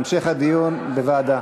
המשך הדיון בוועדה.